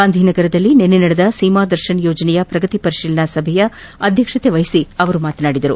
ಗಾಂಧಿನಗರದಲ್ಲಿ ನಿನ್ನೆ ನಡೆದ ಸೀಮಾ ದರ್ಶನ್ ಯೋಜನೆಯ ಪ್ರಗತಿ ಪರಿಶೀಲನಾ ಸಭೆ ಅಧ್ವಕ್ಷತೆ ವಹಿಸಿ ಅವರು ಮಾತನಾಡಿದರು